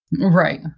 Right